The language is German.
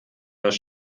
das